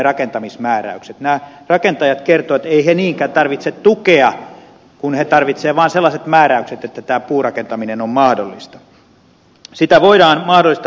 nämä rakentajat kertoivat että eivät he niinkään tarvitse tukea vaan he tarvitsevat vain sellaiset määräykset että tämä puurakentaminen on mahdollista